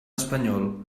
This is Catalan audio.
espanyol